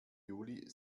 juli